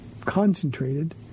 concentrated